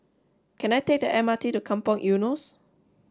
can I take the M R T to Kampong Eunos